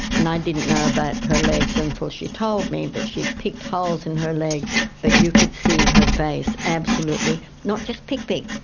and i didn't know about her legs until she told me. but she picked holes in her leg that you could see, her face, absolutely, not just pick, pick',